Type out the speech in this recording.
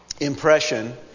impression